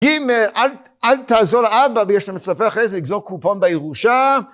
אם אל תעזור אבא ויש לך מצפה אחרי זה לגזור קופון בירושה